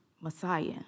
Messiah